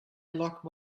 lock